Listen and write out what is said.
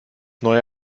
neue